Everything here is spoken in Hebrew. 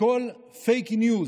וכל פייק ניוז